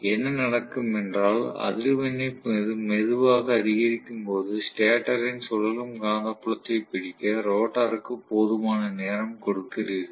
என்ன நடக்கும் என்றால் அதிர்வெண்ணை மெதுவாக அதிகரிக்கும் போது ஸ்டேட்டரின் சுழலும் காந்தப்புலத்தைப் பிடிக்க ரோட்டருக்கு போதுமான நேரம் கொடுக்கிறீர்கள்